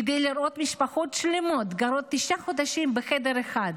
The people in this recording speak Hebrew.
כדי לראות משפחות שלמות שגרות תשעה חודשים בחדר אחד?